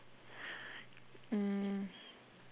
mm